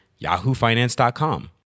yahoofinance.com